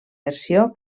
versió